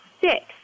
six